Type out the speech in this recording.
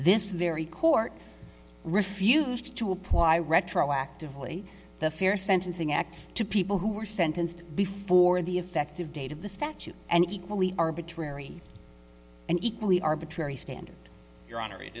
this very court refused to apply retroactively the fair sentencing act to people who were sentenced before the effective date of the statute an equally arbitrary and equally arbitrary standard your honor it